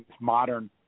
modern